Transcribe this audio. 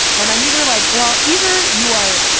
and i'm either like, well, either you are.